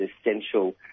essential